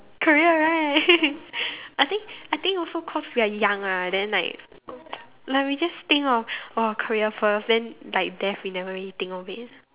career right I think I think also cause we are young ah then like like we just think of of our career first then like death we never really think of it